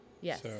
Yes